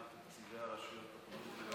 בתקציבי הרשויות המקומיות במסגרת התקציב,